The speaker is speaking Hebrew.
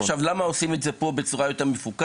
עכשיו, למה עושים את זה פה בצורה יותר מפוקחת?